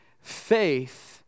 Faith